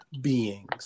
beings